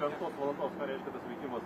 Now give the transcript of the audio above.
penktos valandos ką reiškia tas veikimas